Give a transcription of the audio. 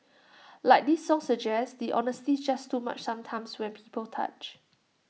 like this song suggests the honesty's just too much sometimes when people touch